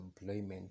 employment